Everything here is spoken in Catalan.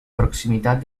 proximitat